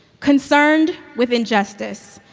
concerned with injustice,